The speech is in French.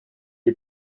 est